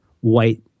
white